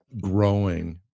growing